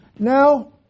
Now